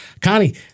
Connie